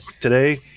today